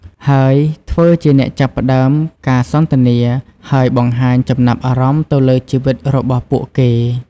ហើយ ធ្វើជាអ្នកចាប់ផ្តើមការសន្ទនា ហើយបង្ហាញចំណាប់អារម្មណ៍ទៅលើជីវិតរបស់ពួកគេ។